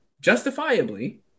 justifiably